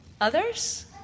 others